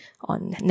on